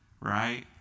Right